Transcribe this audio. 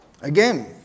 Again